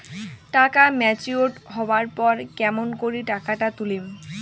টাকা ম্যাচিওরড হবার পর কেমন করি টাকাটা তুলিম?